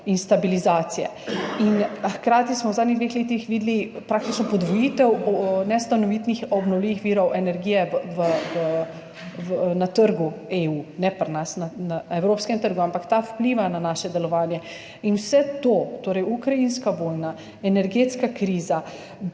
in stabilizacije. Hkrati smo v zadnjih dveh letih videli praktično podvojitev nestanovitnih obnovljivih virov energije na trgu EU, ne pri nas, na evropskem trgu, ampak ta vpliva na naše delovanje. Vse to, torej ukrajinska vojna, energetska kriza,